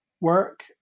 work